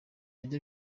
nabyo